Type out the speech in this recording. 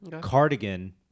cardigan